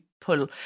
pull